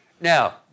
Now